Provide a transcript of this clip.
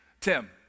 Tim